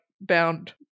bound